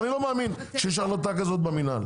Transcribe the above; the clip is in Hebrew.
אני לא מאמין שיש החלטה כזאת במינהל.